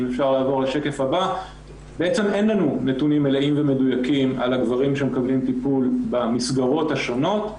אין לנו נתונים מלאים ומדויקים על הגברים שמקבלים טיפול במסגרות השונות.